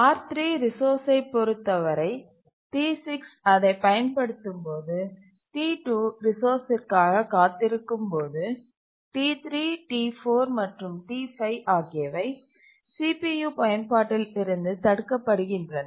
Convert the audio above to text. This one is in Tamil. R3 ரிசோர்ஸ்சை பொறுத்தவரைT6 அதைப் பயன்படுத்தும்போது T2 ரிசோர்ஸ்சிற்காக காத்திருக்கும்போது T3T4 மற்றும் T5 ஆகியவை CPU பயன்பாட்டில் இருந்து தடுக்கப்படுகின்றன